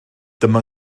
dyma